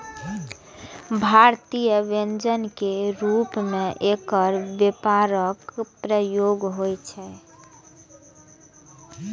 भारतीय व्यंजन के रूप मे एकर व्यापक प्रयोग होइ छै